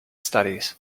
studies